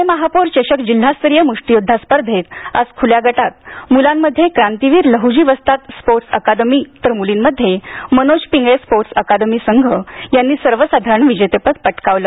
पुणे महापौर चषक जिल्हास्तरीय मुष्टीयोद्धा स्पर्धेंत आज खुल्या गटात मुलांमध्ये क्रांतीवीर लहजी वस्ताद स्पोर्टस अकादमी तर मुलींमध्ये मनोज पिंगळे स्पोर्टस अकादमी संघ यांनी सर्वसाधारण विजेतेपद पटकावलं